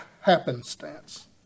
happenstance